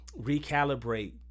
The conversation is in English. recalibrate